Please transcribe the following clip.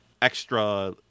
extra